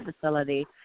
facility